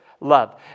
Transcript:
Love